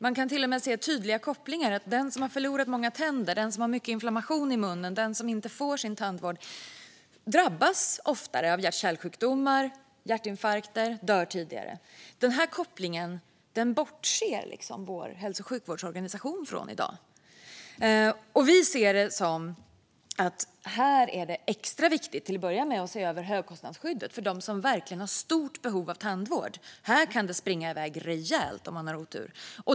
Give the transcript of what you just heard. Man kan till och med se tydliga kopplingar: Den som har förlorat många tänder, har mycket inflammation i munnen och inte får sin tandvård drabbas oftare av hjärt-kärlsjukdomar och hjärtinfarkter och dör tidigare. Den här kopplingen bortser vår hälso och sjukvårdsorganisation från i dag. Vi ser det som extra viktigt att till att börja med se över högkostnadsskyddet för dem som verkligen har stort behov av tandvård. Här kan det springa iväg rejält om man har otur.